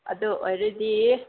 ꯑꯗꯨ ꯑꯣꯏꯔꯗꯤ